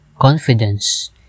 confidence